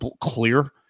clear